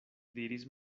diris